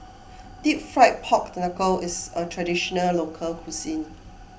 Deep Fried Pork Knuckle is a Traditional Local Cuisine